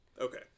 Okay